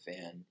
fan